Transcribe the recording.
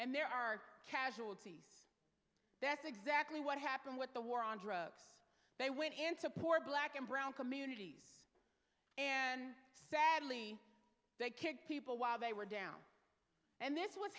and there are casualties that's exactly what happened with the war on drugs they went into poor black and brown communities and sadly they kick people while they were down and this was